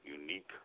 unique